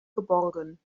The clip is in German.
geborgen